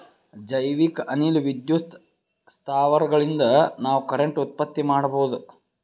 ಜೈವಿಕ್ ಅನಿಲ ವಿದ್ಯುತ್ ಸ್ಥಾವರಗಳಿನ್ದ ನಾವ್ ಕರೆಂಟ್ ಉತ್ಪತ್ತಿ ಮಾಡಬಹುದ್